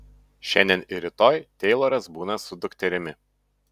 šiandien ir rytoj teiloras būna su dukterimi